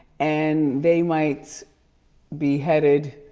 and they might be headed